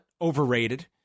overrated